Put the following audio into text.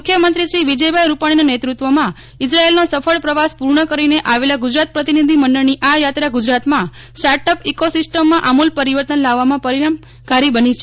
મુખ્યમંત્રી શ્રી વિજયભાઇ રૂપાક્ષીના નેતૃત્વમાં ઇઝરાયેલનો સફળ પ્રવાસ પૂર્ણ કરીને આવેલા ગુજરાત પ્રતિનિધિમંડળની આ યાત્રા ગુજરાતમાં સ્ટાર્ટઅપ ઇકોસિસ્ટમમાં આમૂલ પરિવર્તન લાવવામાં પરિક્ષામકારી બની છે